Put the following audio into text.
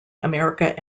america